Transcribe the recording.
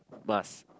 must